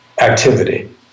activity